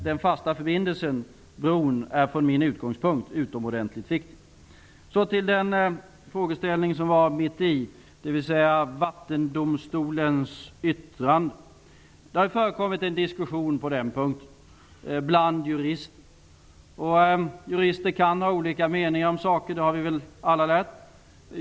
Den fasta förbindelsen, bron, är från min utgångspunkt utomordentligt viktig. Jag kommer nu till den mellersta frågeställningen, dvs. Vattendomstolens yttrande. Det har förekommit en diskussion på den punkten bland jurister. Jurister kan ha olika meningar om saker, det har vi väl alla lärt.